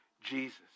Jesus